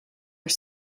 are